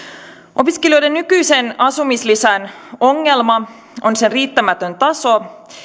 opiskelijoiden nykyisen asumislisän ongelma on sen riittämätön taso